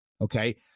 Okay